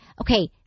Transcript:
Okay